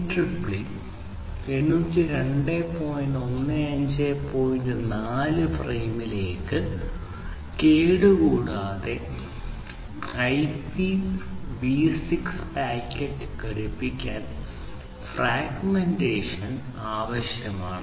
4 ഫ്രെയിമിലേക്ക് കേടുകൂടാത്ത IPv6 packet ഘടിപ്പിക്കാൻ ഫ്രാഗ്മെന്റേഷൻ ആവശ്യമാണ്